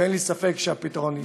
ואין לי ספק שהפתרון יסתדר.